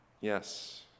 Yes